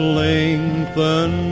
lengthen